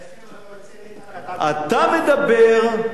בהסכם הקואליציוני, אתה מדבר.